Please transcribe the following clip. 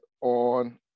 on